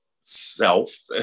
self